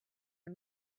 are